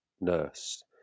nurse